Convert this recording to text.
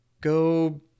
go